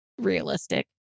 realistic